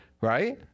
Right